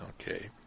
Okay